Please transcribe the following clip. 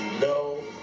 no